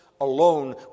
alone